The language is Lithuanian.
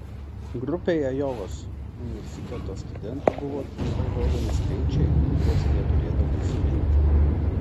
grupei ajovos universiteto studentų buvo trumpai rodomi skaičiai kuriuos jie turėdavo įsiminti